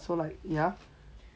ya